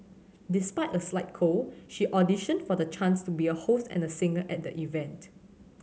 despite a slight cold she auditioned for the chance to be a host and a singer at the event